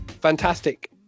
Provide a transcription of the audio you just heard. fantastic